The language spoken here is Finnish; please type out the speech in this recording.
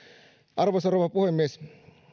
arvoisa rouva puhemies